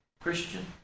Christian